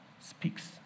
speaks